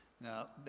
Now